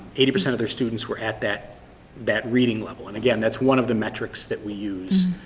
eighty percent of their students were at that that reading level and, again, that's one of the metrics that we use,